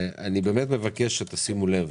אני מבקש שתשימו לב